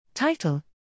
Title